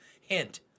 Hint